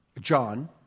John